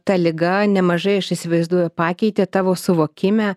ta liga nemažai aš įsivaizduoju pakeitė tavo suvokime